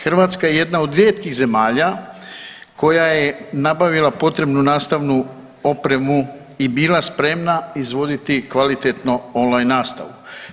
Hrvatska je jedna od rijetkih zemalja koja je nabavila potrebnu nastavnu opremu i bila spremna izvoditi kvalitetno on-line nastavu.